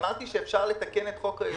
אמרתי שאפשר לתקן את חוק היסוד.